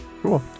cool